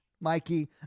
Mikey